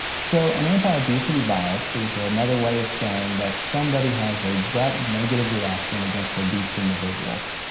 so an anti-obesity bias is another way of saying that somebody has a gut negative reaction against obese individuals.